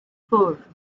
four